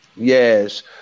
Yes